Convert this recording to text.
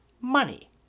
Money